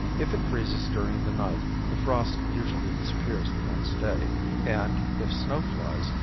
if it freezes during the night the frost usually disappears the next day and, if snow flies,